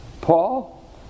Paul